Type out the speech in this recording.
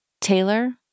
Taylor